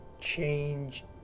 change